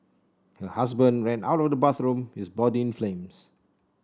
her husband ran out of the bathroom his body in flames